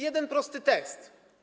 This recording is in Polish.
Jeden prosty test.